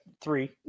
three